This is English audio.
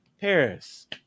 Paris